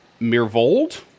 Mirvold